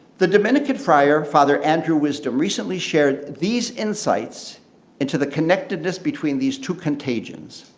the dominican friar, father andrew wisdom, recently shared these insights into the connectedness between these two contagions.